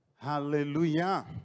Hallelujah